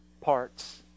parts